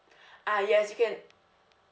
ah yes you can